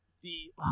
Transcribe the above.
The-